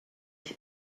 doch